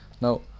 Now